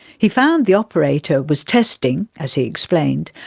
he found the operator was testing, as he explained,